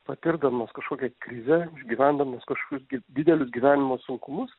patirdamas kažkokią krizę išgyvendamas kažkokius gi didelius gyvenimo sunkumus